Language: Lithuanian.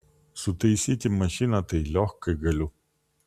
sutaisyti mašiną tai liochkai galiu